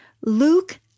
Luke